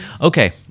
Okay